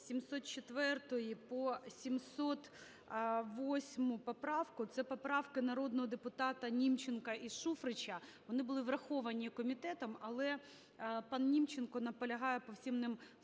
з 704-ї по 708-у поправку - це поправки народного депутата Німченка і Шуфрича, вони були враховані комітетом. Але пан Німченко наполягає по всім ним слово.